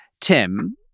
Tim